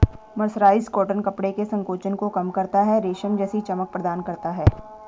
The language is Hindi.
मर्सराइज्ड कॉटन कपड़े के संकोचन को कम करता है, रेशम जैसी चमक प्रदान करता है